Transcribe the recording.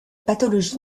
pathologie